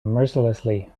mercilessly